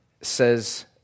says